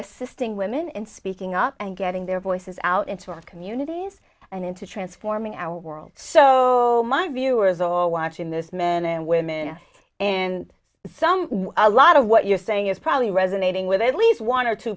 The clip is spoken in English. assisting women and speaking up and getting their voices out into our communities and into transforming our world so my viewers all watching this men and women and some a lot of what you're saying is probably resonating with at least one or two